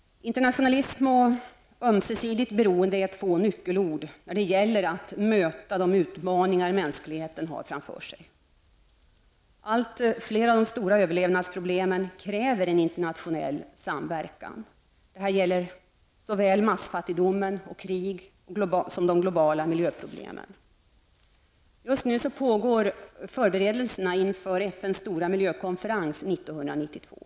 Internationalism och ömsesidigt beroende är två nyckelord när det gäller att möta de utmaningar mänskligheten har framför sig. Allt flera av de stora överlevnadsproblemen kräver en internationell samverkan. Det gäller såväl massfattigdom och krig som de globala miljöproblemen. Just nu pågår förberedelserna inför FNs stora miljökonferens 1992.